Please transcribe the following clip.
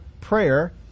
prayer